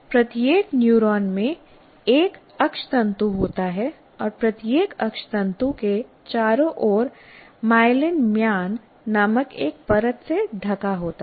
प्रत्येक न्यूरॉन में एक अक्षतंतु होता है और प्रत्येक अक्षतंतु के चारों ओर माइलिन म्यान नामक एक परत से ढका होता है